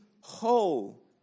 whole